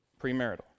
Premarital